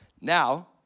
Now